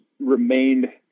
remained